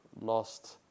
lost